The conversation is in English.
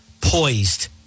poised